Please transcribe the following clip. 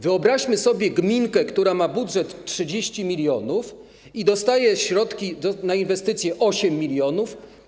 Wyobraźmy sobie gminkę, która ma budżet wynoszący 30 mln i dostaje środki na inwestycje - 8 mln.